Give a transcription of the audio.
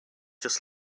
just